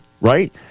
right